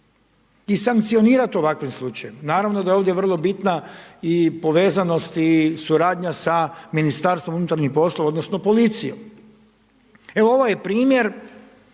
I sankcionirati u ovakvim slučajevima. Naravno da je ovdje vrlo bitna i povezanost i suradnja sa Ministarstvo unutarnjih poslova odnosno policijom. Ovo je primjer